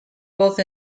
both